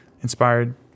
inspired